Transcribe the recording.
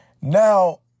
Now